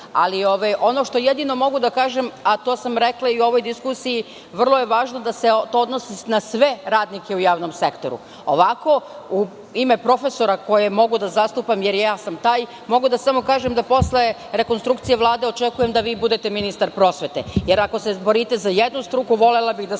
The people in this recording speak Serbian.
ono što jedino mogu da kažem, a to sam rekla i u ovoj diskusiji, vrlo je važno da se to odnosi na sve radnike u javnom sektoru. Ovako, u ime profesora koje mogu da zastupam jer i ja sam taj, mogu samo da kažem da posle rekonstrukcije Vlade očekujem da vi budete ministar prosvete, jer ako se borite za jednu struku, volela bih da se